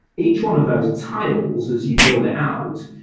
each one of those titles as you build it out,